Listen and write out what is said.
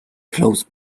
close